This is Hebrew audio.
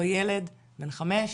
אותו ילד בן 5,